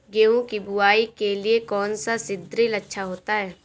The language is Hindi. गेहूँ की बुवाई के लिए कौन सा सीद्रिल अच्छा होता है?